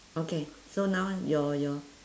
okay so now your your